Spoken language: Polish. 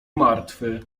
martwy